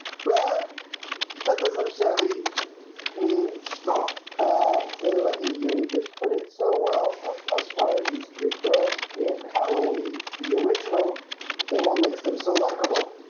but that doesn't so really mean strong ah in let yeah me just put it so well ah as far as these three girls in halloween the original and what makes them so likable